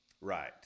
Right